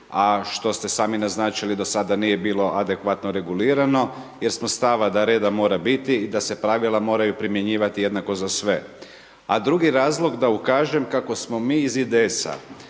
a što ste sami naznačili do sada nije bilo adekvatno regulirano, jer smo stava da reda mora biti i da se pravila moraju primjenjivati jednako za sve. A drugi razlog da ukažem kako smo mi iz IDS-a